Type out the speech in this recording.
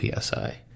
PSI